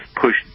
pushed